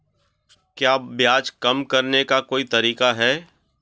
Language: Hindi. क्या ब्याज कम करने का कोई तरीका है?